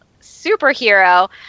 superhero